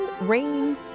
Rain